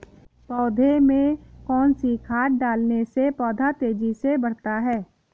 पौधे में कौन सी खाद डालने से पौधा तेजी से बढ़ता है?